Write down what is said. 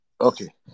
Okay